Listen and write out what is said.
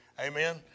Amen